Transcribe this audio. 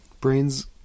Brains